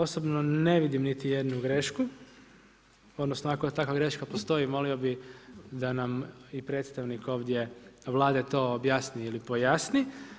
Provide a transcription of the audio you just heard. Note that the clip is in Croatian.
Osobno ne vidim niti jednu grešku odnosno ako takva greška postoji molio bih da nam i predstavnik ovdje Vlade to objasni ili pojasni.